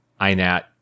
INAT